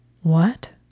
What